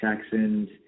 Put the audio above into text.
Texans